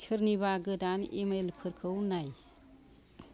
सोरनिबा गोदान इमेइलफोरखौ नाय